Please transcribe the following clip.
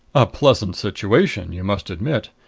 a pleasant situation, you must admit!